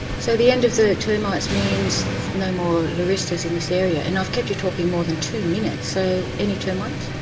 so the end of the termites means no more leristas in this area and i've kept you talking more than two minutes so any termites?